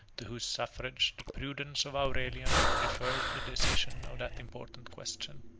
to whose suffrage the prudence of aurelian referred the decision of that important question.